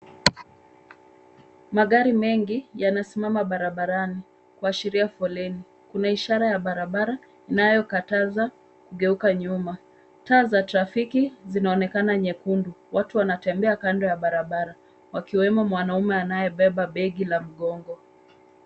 Magari mengi yanasimama barabarani kuashiria foleni, kuna ishara ya barabara inayokataza kugeuka nyuma. Taa za trafiki zinaonekana nyekundu, watu wanatembea kando ya barabara wakiwemo mwanaume anayebeba begi la mgongo.